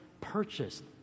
purchased